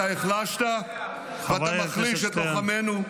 אתה החלשת ואתה מחליש את לוחמנו.